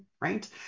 right